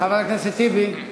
חבר הכנסת טיבי.